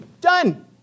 Done